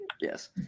Yes